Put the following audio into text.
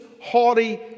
haughty